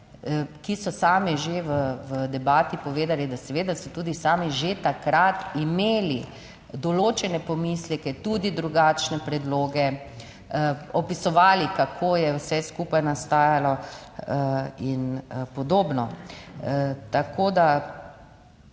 ki so sami že v debati povedali, da seveda so tudi sami že takrat imeli določene pomisleke, tudi drugačne predloge, opisovali, kako je vse skupaj nastajalo in podobno. Tako da,